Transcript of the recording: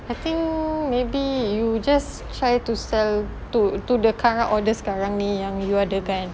I think maybe you just try to sell to to the current orders sekarang ni yang you ada kan